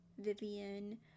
Vivian